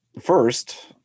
first